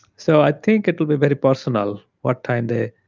so i think it will be very personal what time they